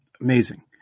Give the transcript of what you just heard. Amazing